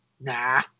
nah